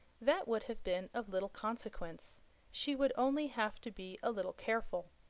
that would have been of little consequence she would only have to be a little careful.